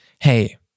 hey